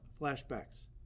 flashbacks